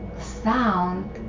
sound